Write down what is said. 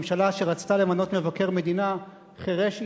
ממשלה שרצתה למנות מבקר מדינה חירש,